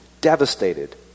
devastated